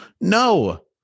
No